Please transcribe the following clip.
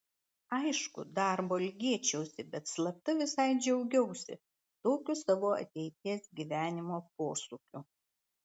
aišku darbo ilgėčiausi bet slapta visai džiaugiausi tokiu savo ateities gyvenimo posūkiu